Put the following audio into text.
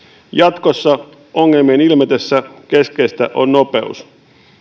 jatkossa ongelmien ilmetessä keskeistä on nopeus